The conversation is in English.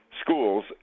schools